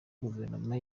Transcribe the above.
guverinoma